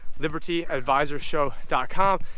libertyadvisorshow.com